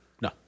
No